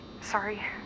sorry